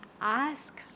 ask